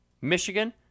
Michigan